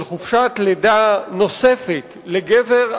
של חופשת לידה נוספת לגבר,